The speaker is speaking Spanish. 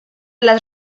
las